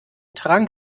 trank